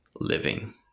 living